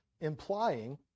implying